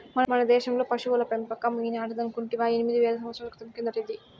మన దేశంలో పశుల పెంపకం ఈనాటిదనుకుంటివా ఎనిమిది వేల సంవత్సరాల క్రితం కిందటిది